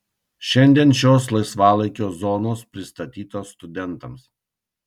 šiandien šios laisvalaikio zonos pristatytos studentams